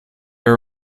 were